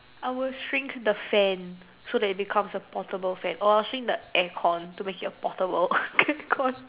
I will shrink the fan so that it'll become a portable fan or I'll shrink the air con to make it a portable air con